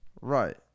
Right